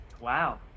wow